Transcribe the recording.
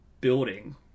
building